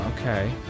Okay